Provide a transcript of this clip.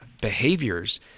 behaviors